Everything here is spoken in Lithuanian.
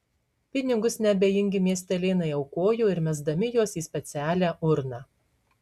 pinigus neabejingi miestelėnai aukojo ir mesdami juos į specialią urną